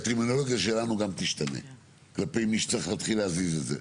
הטרמינולוגיה שלנו גם תשתנה כלפי מי שצריך להתחיל להזיז את זה,